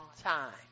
time